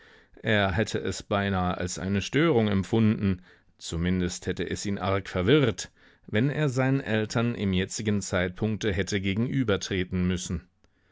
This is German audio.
er hätte es beinahe als eine störung empfunden zumindest hätte es ihn arg verwirrt wenn er seinen eltern im jetzigen zeitpunkte hätte gegenübertreten müssen